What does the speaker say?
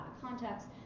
context